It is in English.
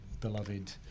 beloved